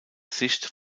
sicht